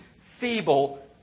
feeble